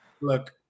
Look